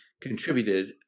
contributed